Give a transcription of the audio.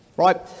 right